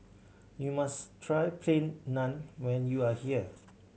you must try Plain Naan when you are here